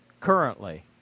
Currently